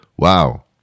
Wow